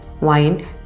Wine